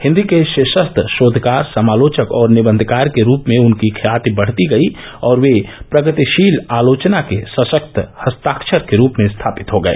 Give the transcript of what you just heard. हिन्दी के शीर्षस्थ शोधकार समालोचक और निबंधकार के रूप में उनकी ख्याति बढ़ती गई और वे प्रगतिशील आलोचना के सशक्त हस्ताक्षर के रूप में स्थापित हो गए